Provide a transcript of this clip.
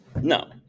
No